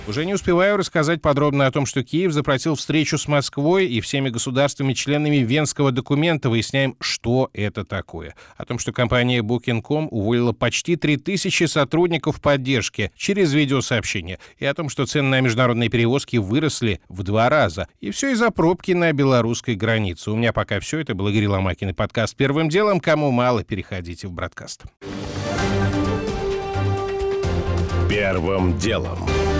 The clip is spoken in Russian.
Уже не успеваю рассказать подробно о том, что Киев запросил встречу с Москвой и всеми государствами-членами Венского документа. Выясняем, что это такое. О том, что компания Booking.com уволила почти 3000 сотрудников поддержки через видеосообщение. И о том, что цены на международные перевозки выросли в два раза. И всё из-за пробки на белорусской границе. У меня пока всё. Это был Игорь Ломакин и подкаст «Первым делом». Кому мало, переходите в «Бродкаст». Первым делом.